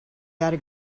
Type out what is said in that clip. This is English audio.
gotta